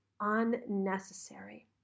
unnecessary